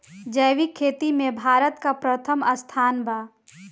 जैविक खेती में भारत का प्रथम स्थान बा